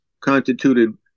constituted